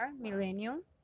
millennium